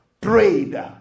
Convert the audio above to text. prayed